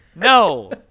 No